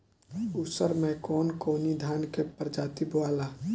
उसर मै कवन कवनि धान के प्रजाति बोआला?